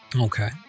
Okay